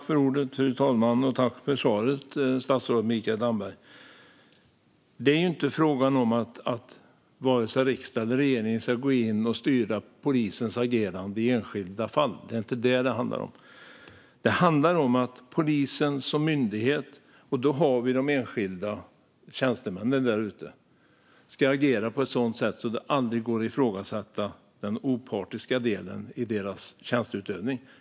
Fru talman! Tack för svaret, statsrådet Mikael Damberg! Det är inte fråga om att vare sig riksdag eller regering ska gå in och styra polisens agerande i enskilda fall. Det är inte vad det handlar om. Det handlar om att polisen som myndighet - och då har vi de enskilda tjänstemännen där ute - ska agera på ett sådant sätt att det aldrig går att ifrågasätta den opartiska delen i deras tjänsteutövning.